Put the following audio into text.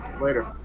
Later